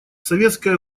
советское